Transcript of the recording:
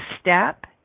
step